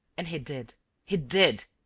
and he did he did!